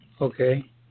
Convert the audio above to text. Okay